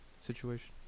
situation